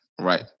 right